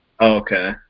okay